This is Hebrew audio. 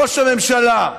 ראש הממשלה,